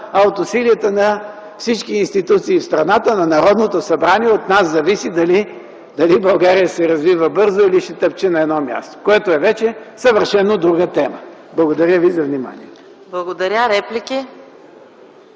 а от усилията на всички институции в страната, на Народното събрание. От нас зависи дали България ще се развива бързо или ще тича на едно място, което е съвършено друга тема. Благодаря ви за вниманието.